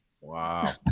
Wow